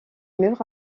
mur